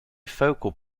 focal